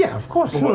yeah of course,